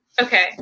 Okay